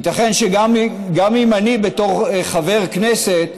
ייתכן שגם אם אני, בתור חבר כנסת,